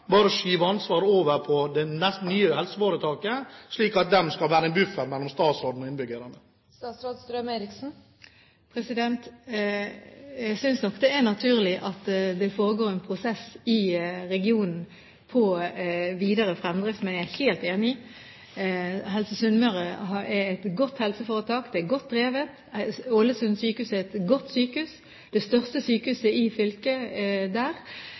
bare skyve ansvaret over på det nye helseforetaket, slik at det skal være en buffer mellom statsråden og innbyggerne? Jeg synes nok det er naturlig at det foregår en prosess i regionen på videre fremdrift, men jeg er helt enig i at Helse Sunnmøre er et godt helseforetak, det er godt drevet, Ålesund sykehus er et godt sykehus – det største sykehuset i fylket der.